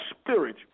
spirit